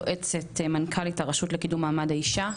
יועצת מנכ"לית הרשות לקידום מעמד האישה.